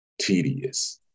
tedious